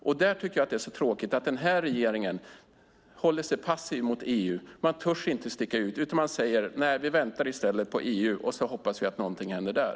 Jag tycker att det är så tråkigt att regeringen håller sig passiv mot EU. Regeringen törs inte sticka ut, utan säger: Nej, vi väntar i stället på EU och hoppas att någonting händer där!